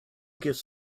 gives